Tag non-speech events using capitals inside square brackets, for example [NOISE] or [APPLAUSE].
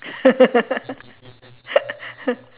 [LAUGHS]